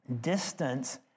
Distance